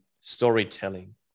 storytelling